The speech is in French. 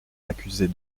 accuser